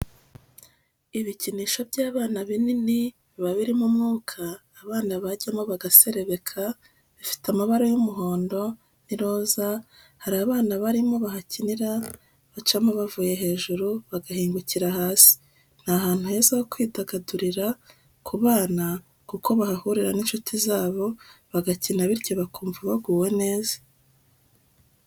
Ibikinisho by'abana binini biba birimo umwuka abana bajyamo bagaserebeka, bifite amabara y'umuhondo n'iroza hari abana barimo bahakinira bacamo bavuye hejuru bagahinguka hasi, ni ahantu heza ho kwidagadurira ku bana kuko bahahurira n'inshuti zabo bagakina bityo bakumva baguwe neza.